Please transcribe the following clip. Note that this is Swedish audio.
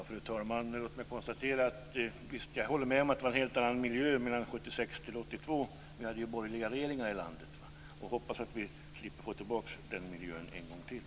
Fru talman! Jag håller med om att det var en helt annan miljö mellan 1976 och 1982 då vi hade borgerliga regeringar i det här landet. Jag hoppas att vi slipper få tillbaka den miljön en gång till.